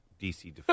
DC